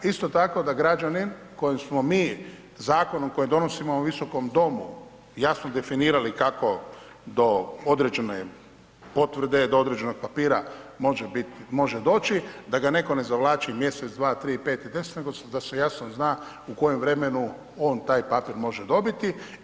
Isto tako da građani kojim smo mi zakonom, koji donosimo u ovom Visokom domu, jasno definirali, kako do određene potvrde do određenog papira, može doći, da ga netko ne zavlači mjesec, dva, tri, pet i deset, nego da se jasno zna u kojemu vremenu on taj papir može dobiti.